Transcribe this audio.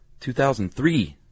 2003